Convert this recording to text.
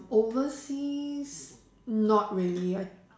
overseas not really I